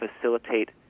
facilitate